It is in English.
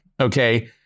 okay